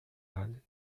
land